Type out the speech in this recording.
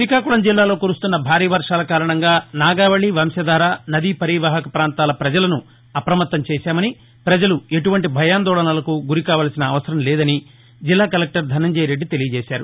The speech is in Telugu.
శ్రీకాకుళం జిల్లాలో కురుస్తున్న భారీ వర్షాలు కారణంగా నాగావళి వంశధార నదీ పరివాహక పాంతాల పజలను అప్రమత్తం చేశామని ప్రపజలు ఎటువంటీ భయాందోళనకు గురి కావలసిన అవసరంలేదని జిల్లా కలెక్టర్ ధనుంజయరెడ్డి తెలియజేశారు